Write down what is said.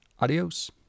Adios